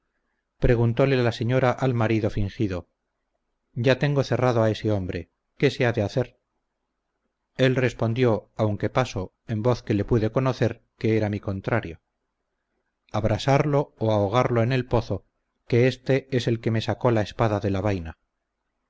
preguntole la señora al marido fingido ya tengo cerrado a este hombre qué se ha de hacer él respondió aunque paso en voz que le pude conocer que era mi contrario abrasarlo o ahogarlo en el pozo que este es el que me sacó la espada de la vaina